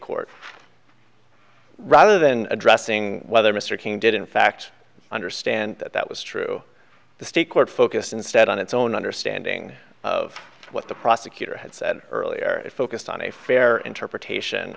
court rather than addressing whether mr cain did in fact understand that that was true the state court focused instead on its own understanding of what the prosecutor had said earlier it focused on a fair interpretation